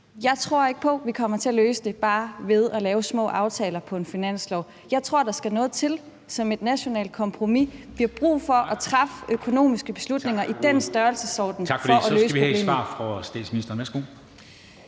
Jeg tror ikke på, vi kommer til at løse det bare ved at lave små aftaler i en finanslov. Jeg tror, der skal noget til som et nationalt kompromis. Vi har brug for at træffe økonomiske beslutninger i den størrelsesorden for at løse problemet.